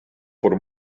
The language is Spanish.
por